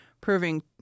proving